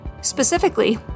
Specifically